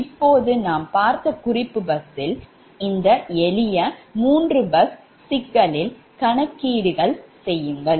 இப்போது நாம் பார்த்த குறிப்பு பஸ்ஸில் இந்த எளிய 3 பஸ் சிக்கலில் கணக்கீடுகள் செய்யுங்கள்